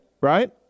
right